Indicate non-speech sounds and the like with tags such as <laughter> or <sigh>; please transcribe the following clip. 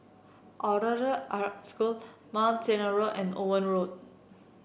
<unintelligible> Arab School Mount Sinai Road and Owen Road